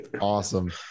awesome